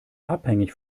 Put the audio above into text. abhängig